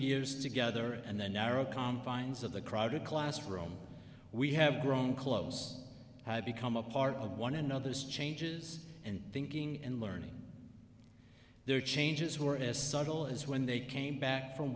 years together and the narrow confines of the crowded classroom we have grown close become a part of one another's changes and thinking and learning their changes were as subtle as when they came back from